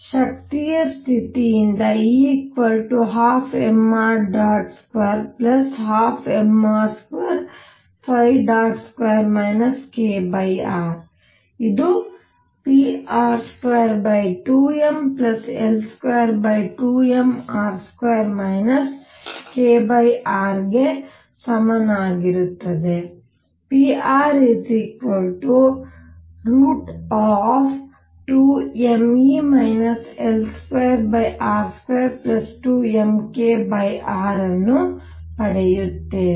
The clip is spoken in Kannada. ಶಕ್ತಿಯ ಸ್ಥಿತಿಯಿಂದ E 12mr212mr22 kr ಇದು pr22mL22mR2 kr ಗೆ ಸಮನಾಗಿರುತ್ತದೆ pr√2mE L2r22mkr ಅನ್ನು ಪಡೆಯುತ್ತೇನೆ